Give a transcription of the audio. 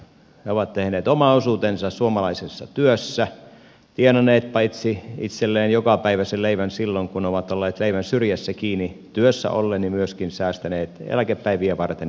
he ovat tehneet oman osuutensa suomalaisessa työssä paitsi tienanneet itselleen jokapäiväisen leivän silloin kun ovat olleet leivän syrjässä kiinni työssä ollen myöskin säästäneet eläkepäiviä varten